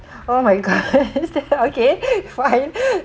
oh my god is that okay fine